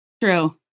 True